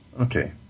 Okay